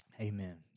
Amen